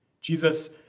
Jesus